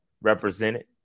represented